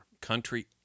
Country